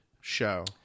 show